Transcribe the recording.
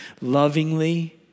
lovingly